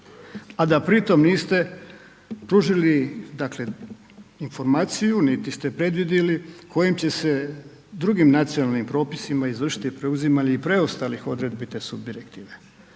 a da pritom niste pružili dakle informaciju niti ste predvidjeli kojim će se drugim nacionalnim propisima izvršiti preuzimanje i preostalih odredbi te subdirektive